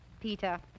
Peter